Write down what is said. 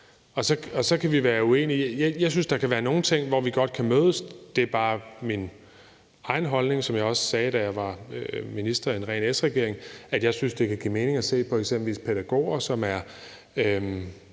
Så kan vi være uenige. Jeg tror, at der kan være nogle ting, som vi godt kan mødes om. Det er bare min egen holdning, som jeg også sagde, da jeg var minister i en ren S-regering, at jeg synes, det kan give mening at se på eksempelvis pædagoger, som er